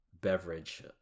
beverage